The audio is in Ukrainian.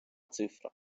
цифра